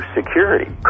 security